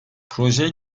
proje